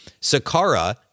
Sakara